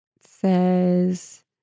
Says